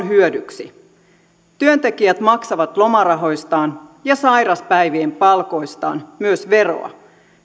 hyödyksi työntekijät maksavat lomarahoistaan ja sairauspäivien palkoistaan myös veroa